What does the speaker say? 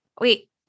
wait